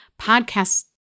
podcasts